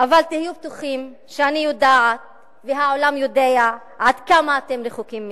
אבל תהיו בטוחים שאני יודעת והעולם יודע עד כמה אתם רחוקים מזה.